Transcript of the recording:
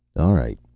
all right.